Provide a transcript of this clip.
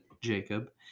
Jacob